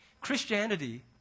Christianity